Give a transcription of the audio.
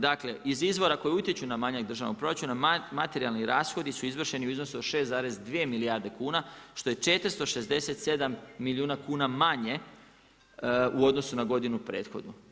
Dakle iz izvora koje utječu na manjak državnog proračuna materijalni rashodi su izvršeni u iznosu od 6,2 milijarde kuna što je 467 milijuna kuna manje u odnosu na godinu prethodnu.